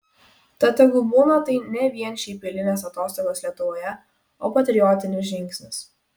tad tegu būna tai ne vien šiaip eilinės atostogos lietuvoje o patriotinis žingsnis